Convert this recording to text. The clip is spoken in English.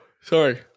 sorry